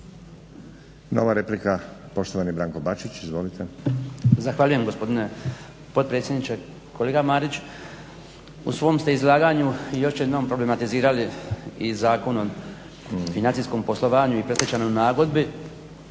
Nova replika poštovani Branko Bačić, izvolite. **Bačić, Branko (HDZ)** Zahvaljujem gospodine potpredsjedniče. Kolega Marić u svom ste izlaganju još jednom problematizirali i Zakon o financijskom poslovanju i predstečajnoj nagodbi